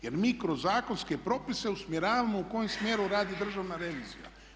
Jer mi kroz zakonske propise usmjeravamo u kojem smjeru radi Državna revizija.